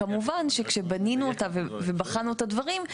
כמובן שכשבנינו אותה ובחנו את הדברים,